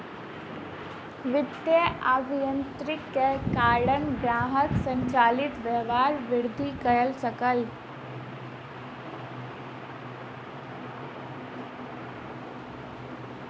वित्तीय अभियांत्रिकी के कारण ग्राहक संचालित व्यापार वृद्धि कय सकल